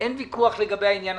ואין ויכוח לגבי זה.